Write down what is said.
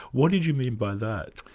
what did you mean by that?